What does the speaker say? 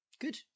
Good